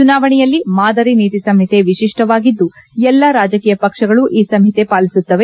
ಚುನಾವಣೆಯಲ್ಲಿ ಮಾದರಿ ನೀತಿಸಂಹಿತೆ ವಿಶಿಷ್ಟವಾಗಿದ್ದು ಎಲ್ಲಾ ರಾಜಕೀಯ ಪಕ್ಷಗಳು ಈ ಸಂಹಿತೆ ಪಾಲಿಸುತ್ತವೆ